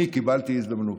אני קיבלתי הזדמנות.